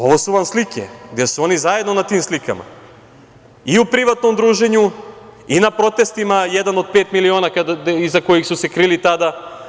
Ovo su vam slike, gde su oni zajedno na tim slikama, i u privatnom druženju i na protestima „Jedan od pet miliona“, iza kojih su se krili tada.